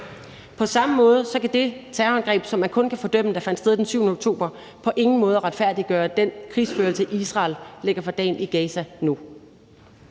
På samme måde kan det terrorangreb, som man kun kan fordømme, der fandt sted den 7. oktober, på ingen måder retfærdiggøre den krigsførelse, Israel lægger for dagen i Gaza nu.